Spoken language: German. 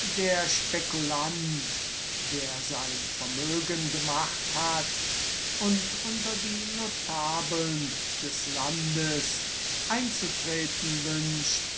der spekulant der sein vermögen gemacht hat und unter die notabeln des landes einzutreten wünscht